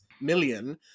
million